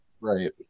Right